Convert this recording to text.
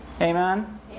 Amen